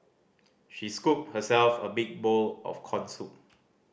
she scooped herself a big bowl of corn soup